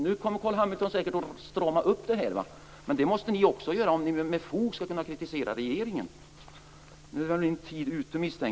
Nu kommer Carl B Hamilton säkert att strama upp det här, men det måste ni också göra om ni med fog skall kunna kritisera regeringen.